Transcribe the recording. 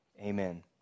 Amen